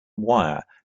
wire